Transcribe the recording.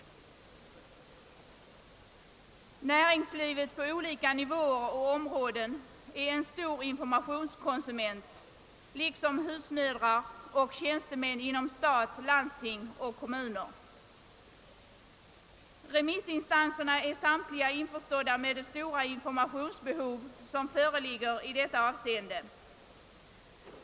Näringslivet på olika nivåer och områden är en stor informationskonsument liksom husmödrar och tjänstemän inom stat, landsting och kommuner. Remissinstanserna är samtliga införstådda med det sora informationsbehov som föreligger i detta avseende.